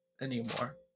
anymore